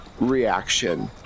reaction